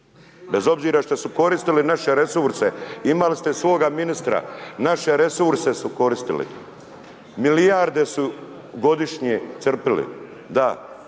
Bez obzira što ste koristili naše resurse, imali ste svoga ministra, naše resurse su koristili, milijarde su godišnje crpili,